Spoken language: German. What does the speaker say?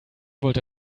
wollte